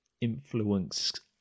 influenced